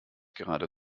gerade